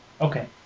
Okay